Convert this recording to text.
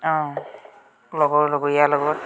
অঁ লগৰ লগৰীয়া লগত